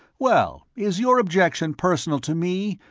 well, is your objection personal to me,